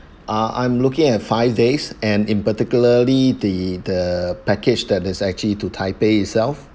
ah I'm looking at five days and in particularly the the package that is actually to taipei itself